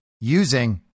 using